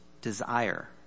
desire